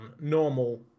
normal